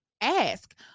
ask